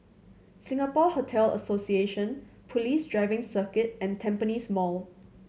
Singapore Hotel Association Police Driving Circuit and Tampines Mall